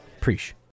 Preach